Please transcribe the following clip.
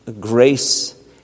grace